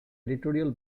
editorial